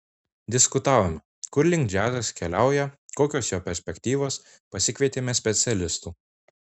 diskutavome kur link džiazas keliauja kokios jo perspektyvos pasikvietėme specialistų